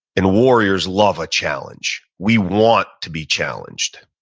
and warriors love a challenge. we want to be challenged.